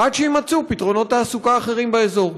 עד שיימצאו פתרונות תעסוקה אחרים באזור.